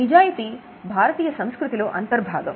నిజాయితీ భారతీయ సంస్కృతిలో అంతర్భాగం